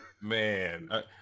Man